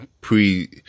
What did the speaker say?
pre